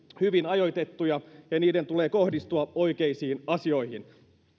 hyvin ajoitettuja ja niiden tulee kohdistua oikeisiin asioihin